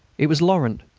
it was laurent,